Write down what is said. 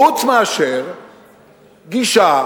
חוץ מגישה